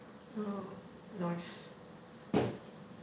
nice